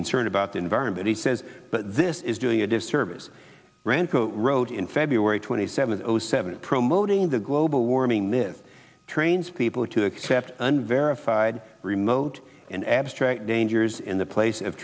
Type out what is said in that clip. concern about the environment he says but this is doing a disservice ranko wrote in february twenty seventh oh seven promoting the global warming myth trains people to accept unverified remote and abstract dangers in the place of